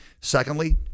Secondly